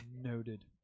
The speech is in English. Noted